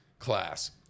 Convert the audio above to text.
class